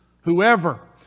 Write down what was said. whoever